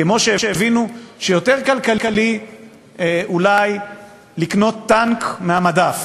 כמו שהבינו שיותר כלכלי אולי לקנות טנק מהמדף